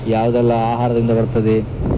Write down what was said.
ಯಾವುದೆಲ್ಲ ಆಹಾರದಿಂದ ಬರ್ತದೆ